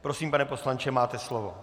Prosím, pane poslanče, máte slovo.